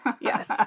Yes